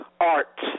Art